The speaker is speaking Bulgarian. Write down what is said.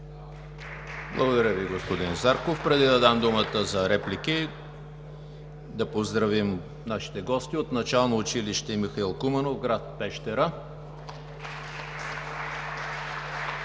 Благодаря Ви, господин Зарков. Преди да дам думата за реплики, да поздравим нашите гости от Начално училище „Михаил Куманов“ – гр. Пещера.